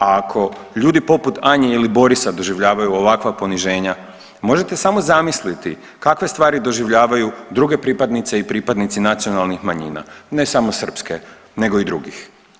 Ako ljudi poput Anje ili Borisa doživljavaju ovakva poniženja možete samo zamisliti kakve stvari doživljavaju druge pripadnice i pripadnici nacionalnih manjina, ne samo srpske nego i drugih.